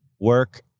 work